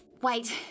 Wait